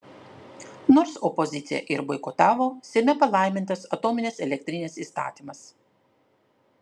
nors opozicija ir boikotavo seime palaimintas atominės elektrinės įstatymas